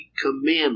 commandment